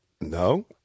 No